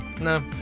No